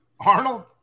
Arnold